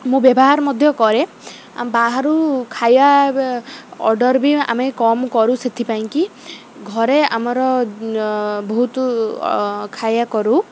ମୁଁ ବ୍ୟବହାର ମଧ୍ୟ କରେ ବାହାରୁ ଖାଇବା ଅର୍ଡ଼ର ବି ଆମେ କମ୍ କରୁ ସେଥିପାଇଁକି ଘରେ ଆମର ବହୁତ ଖାଇବା କରୁ